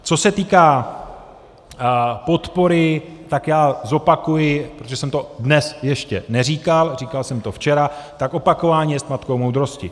Co se týká podpory, tak já zopakuji, protože jsem to dnes ještě neříkal, říkal jsem to včera, tak opakování je matkou moudrosti.